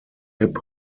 hip